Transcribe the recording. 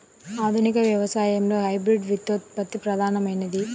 ఆధునిక వ్యవసాయంలో హైబ్రిడ్ విత్తనోత్పత్తి ప్రధానమైనది